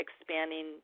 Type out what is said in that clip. expanding